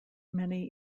many